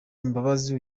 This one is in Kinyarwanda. imbabazi